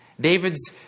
David's